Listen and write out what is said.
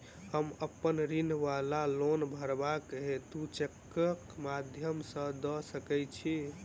हम अप्पन ऋण वा लोन भरबाक हेतु चेकक माध्यम सँ दऽ सकै छी?